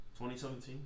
2017